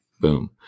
Boom